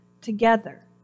together